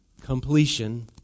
completion